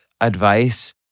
advice